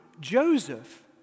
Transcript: Joseph